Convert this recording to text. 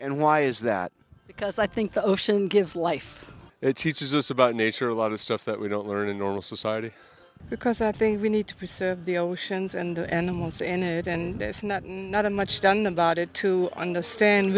and why is that because i think the ocean gives life it's teaches us about nature a lot of stuff that we don't learn in normal society because i think we need to pursue the oceans and what's in it and it's not not in much done about it to understand